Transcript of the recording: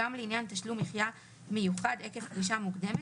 גם לעניין תשלום מחיה מיוחד עקב פרישה מוקדמת,